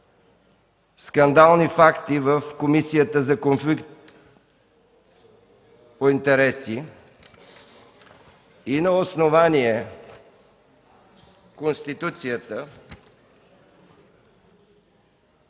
скандални факти в Комисията за конфликт на интереси и на основание Конституцията,